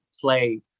play